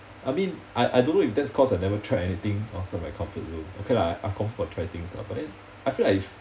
I mean I I don't know if that's cause I never tried anything outside my comfort zone okay lah I confirm got try things lah but then I feel like if